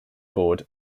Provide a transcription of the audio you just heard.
board